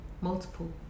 multiple